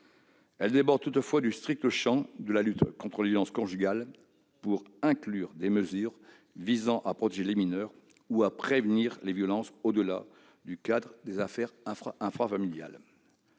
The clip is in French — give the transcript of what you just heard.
Elle déborde toutefois du strict champ de la lutte contre les violences conjugales, pour inclure des mesures visant à protéger les mineurs ou à prévenir les violences au-delà du cadre des affaires intrafamiliales.